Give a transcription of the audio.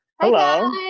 Hello